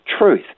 truth